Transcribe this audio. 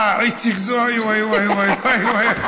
אה, וואי, וואי, וואי.